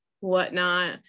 whatnot